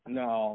no